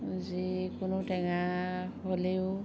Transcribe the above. যিকোনো টেঙা হ'লেও